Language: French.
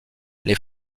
les